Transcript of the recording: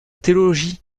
théologie